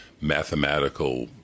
mathematical